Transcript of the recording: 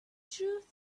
truth